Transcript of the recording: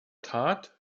tat